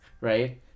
right